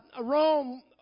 Rome